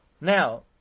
Now